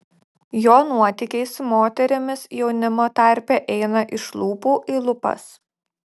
jo nuotykiai su moterimis jaunimo tarpe eina iš lūpų į lūpas